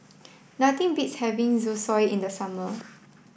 nothing beats having Zosui in the summer